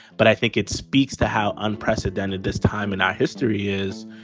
but i think it speaks to how unprecedented this time in our history is,